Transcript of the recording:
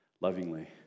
lovingly